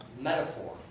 metaphor